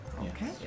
Okay